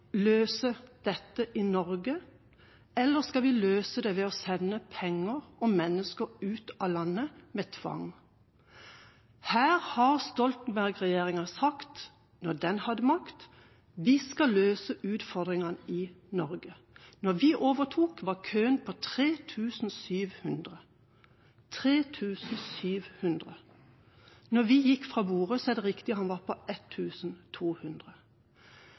løse det ved å sende penger og mennesker ut av landet med tvang? Her sa Stoltenberg-regjeringa, da den hadde makt: Vi skal løse utfordringene i Norge. Da vi overtok, var køen på 3 700. Da vi gikk fra bordet, er det riktig at den var på